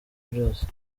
byose